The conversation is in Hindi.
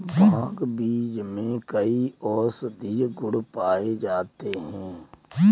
भांग बीज में कई औषधीय गुण पाए जाते हैं